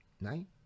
nine